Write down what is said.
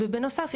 ובנוסף,